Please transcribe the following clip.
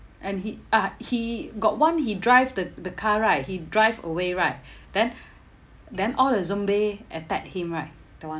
and he uh he got one he drive the the car right he drive away right then then all the zombie attack him right that [one]